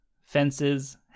Fences